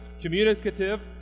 communicative